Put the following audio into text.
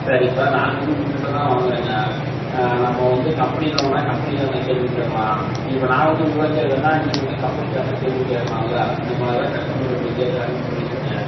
sir இப்போ நாங்கள் வந்து உங்கள்கிட்ட தான் வாங்கிறேங்க நம்ம வந்து கம்பெனியில் வாங்கினா கம்பெனிக்காரனை கேள்வி கேட்கலாம் இப்போ நான் வந்து உங்களை கேட்கறனா நீங்கள் வந்து கம்பெனிக்காரனை கேள்வி கேட்கலால்ல இந்த மாதிரி தான் கஸ்டமர் இப்படி கேட்கறாங்கன் சொல்லிட்டுன்னு